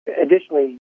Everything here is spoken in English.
Additionally